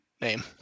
name